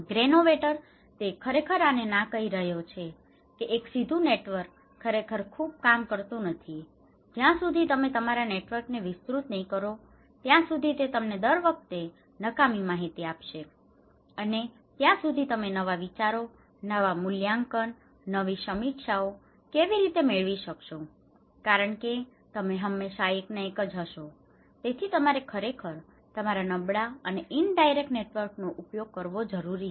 ગ્રેનોવેટર તે ખરેખર આને ના કહી રહ્યો છે કે એક સીધું નેટવર્ક ખરેખર ખૂબ કામ કરતું નથી જ્યાં સુધી તમે તમારા નેટવર્કને વિસ્તૃત નહીં કરો ત્યાં સુધી તે તમને દર વખતે નકામી માહિતી આપશે અને ત્યાં સુધી તમે નવા વિચારો નવા મૂલ્યાંકન નવી સમીક્ષાઓ કેવી રીતે મેળવી શકશો કારણ કે તમે હંમેશાં એકના એક જ હશો તેથી તમારે ખરેખર તમારા નબળા અને ઇનડાઇરેક્ટ indirect પરોક્ષ નેટવર્કનો ઉપયોગ કરવો જરૂરી છે